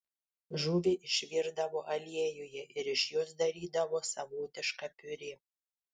žuvį išvirdavo aliejuje ir iš jos darydavo savotišką piurė